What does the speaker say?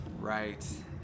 Right